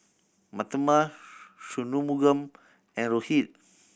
Mahatma Shunmugam and Rohit